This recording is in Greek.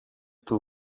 του